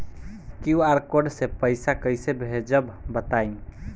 QR code से पईसा कईसे भेजब बताई?